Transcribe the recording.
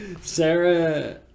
Sarah